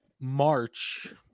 March